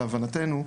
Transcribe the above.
להבנתנו,